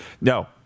No